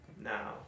now